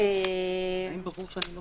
זה מה